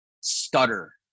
stutter